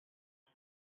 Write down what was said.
sin